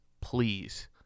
please